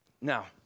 Now